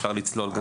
אפשר לצלול.